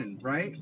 right